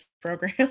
program